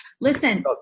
Listen